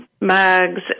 mugs